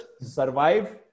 survive